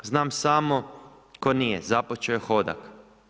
Znam samo tko nije, započeo je Hodak.